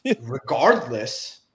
regardless